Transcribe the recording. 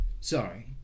Sorry